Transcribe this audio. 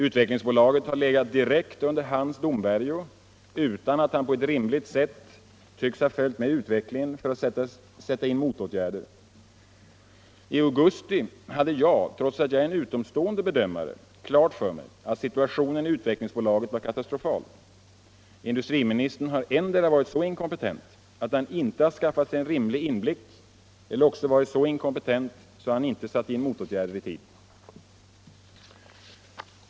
Utvecklingsbolaget har legat direkt under hans domvärjo utan att han på ett rimligt sätt tycks ha följt med utvecklingen för att sätta in motåtgärder. I augusti hade jag, trots att jag är en utomstående bedömare, klart för mig att situationen i Utvecklingsbolaget var katastrofal. Industriministern har endera varit så inkompetent att han inte skaffat sig rimlig inblick eller också varit så inkompetent att han inte satt in motåtgärder i tid.